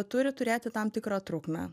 turi turėti tam tikrą trukmę